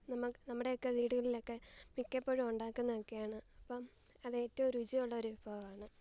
നമ്മൾ നമ്മുടെയൊക്കെ വീടുകളിലക്കെ മിക്കപ്പോഴും ഉണ്ടാക്കുന്നതക്കെയാണ് അപ്പം അതേറ്റവും രുചിയുള്ളൊരു വിഭവമാണ്